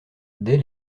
dès